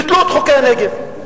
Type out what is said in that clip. ביטלו את חוקי הנגב,